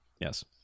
Yes